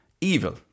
evil